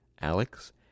Alex